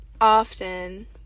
often